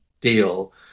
deal